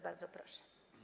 Bardzo proszę.